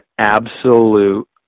absolute